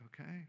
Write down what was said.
okay